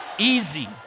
Easy